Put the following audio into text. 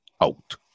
out